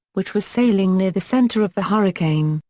which was sailing near the center of the hurricane,